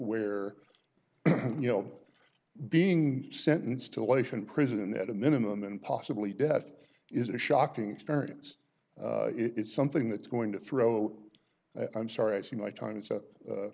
where you know being sentenced to life in prison at a minimum and possibly death is a shocking experience it's something that's going to throw i'm sorry i see my time is up